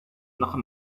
noch